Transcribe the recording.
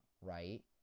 right